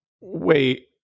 Wait